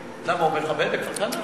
למה, הוא מחבל, מכפר-כנא?